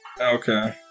Okay